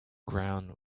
ground